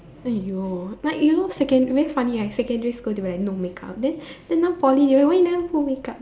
!aiyo! but you know second very funny ah secondary school they were like no make-up then then now Poly ah why you never put make-up